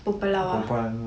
perempuan lawa